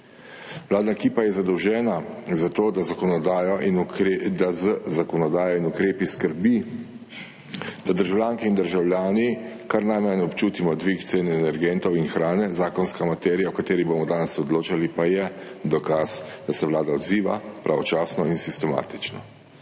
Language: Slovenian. Vladna ekipa je zadolžena za to, da z zakonodajo in ukrepi skrbi, da državljanke in državljani kar najmanj občutimo dvig cene energentov in hrane, zakonska materija o kateri bomo danes odločali pa je dokaz, da se Vlada odziva pravočasno in sistematično.